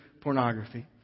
pornography